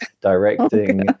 directing